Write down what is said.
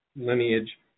lineage